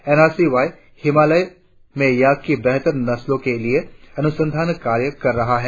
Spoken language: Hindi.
एन आर सी प्रे हिमालय में याक की बेहतर नस्लों के लिए अनुसंधान कार्य कर रहा है